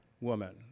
woman